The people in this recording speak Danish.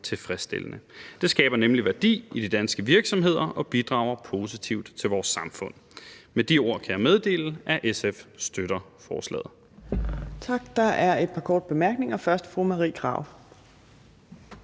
tilfredsstillende. Det skaber nemlig værdi i de danske virksomheder og bidrager positivt til vores samfund. Med de ord kan jeg meddele, at SF støtter forslaget.